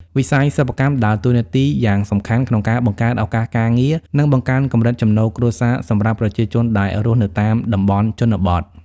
វិស័យសិប្បកម្មដើរតួនាទីយ៉ាងសំខាន់ក្នុងការបង្កើតឱកាសការងារ និងបង្កើនកម្រិតចំណូលគ្រួសារសម្រាប់ប្រជាជនដែលរស់នៅតាមតំបន់ជនបទ។